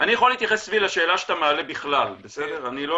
יכול להתייחס, צבי, לשאלה שאתה מעלה בכלל, אני לא